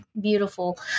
beautiful